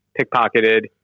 pickpocketed